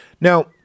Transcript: Now